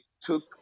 took